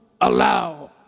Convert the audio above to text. allow